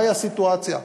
מהי הסיטואציה,